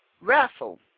raffle